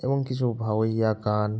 এবং কিছু ভাওয়াইয়া গান